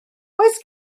oes